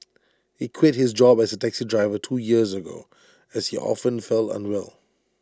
he quit his job as A taxi driver two years ago as he often felt unwell